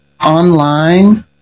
online